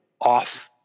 off